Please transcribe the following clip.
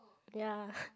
ya